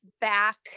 back